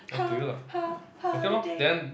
ho~ ho~ holiday